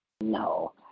No